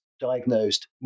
diagnosed